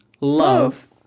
love